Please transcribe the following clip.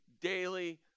daily